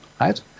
right